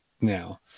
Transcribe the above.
now